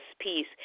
Peace